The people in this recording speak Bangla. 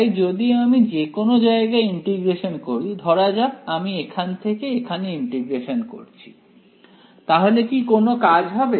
তাই যদি আমি যেকোনো জায়গায় ইন্টিগ্রেশন করি ধরা যাক আমি এখান থেকে এখানে ইন্টিগ্রেশন করছি তাহলে কি কোন কাজ হবে